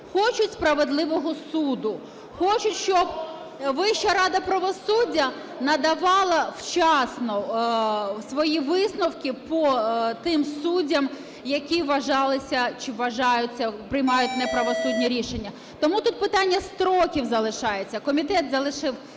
хочуть справедливого суду. Хочуть, щоб Вища рада правосуддя надавала вчасно свої висновки по тим суддям, які вважалося, чи вважається, приймали неправосудні рішення. Тому тут питання строків залишається. Комітет залишив.